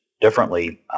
differently